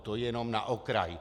To jenom na okraj.